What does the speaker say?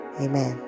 Amen